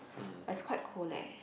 but it's quite cold leh